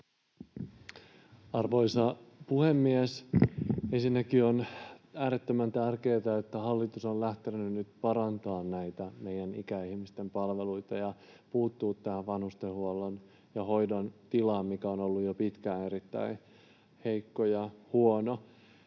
Arvoisa puhemies! Ensinnäkin on äärettömän tärkeätä, että hallitus on lähtenyt nyt parantamaan näitä meidän ikäihmisten palveluita ja puuttumaan tähän vanhustenhuollon ja ‑hoidon tilaan, mikä on ollut jo pitkään erittäin heikko ja huono.